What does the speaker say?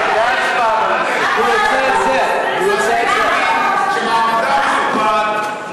למה אתה נזעק?